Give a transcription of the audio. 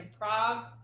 improv